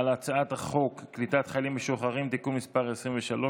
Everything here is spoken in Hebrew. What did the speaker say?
הצעת חוק קליטת חיילים משוחררים (תיקון מס' 23),